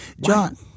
John